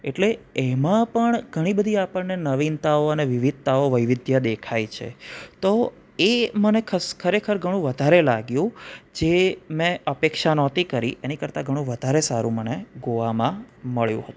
એટલે એમાં પણ ઘણી બધી આપણને નવીનતાઓ અને વિવિધતાઓ વૈવિધ્ય દેખાય છે તો એ મને ખરેખર વધારે લાગ્યું જે મેં અપેક્ષા નહોતી કરી એની કરતાં ઘણું વધારે સારું મને ગોવામાં મળ્યું હતું